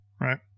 Right